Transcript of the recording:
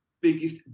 biggest